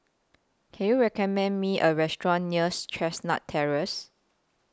Can YOU recommend Me A Restaurant nears Chestnut Terrace